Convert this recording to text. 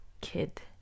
kid